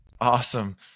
Awesome